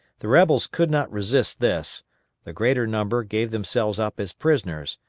the rebels could not resist this the greater number gave themselves up as prisoners,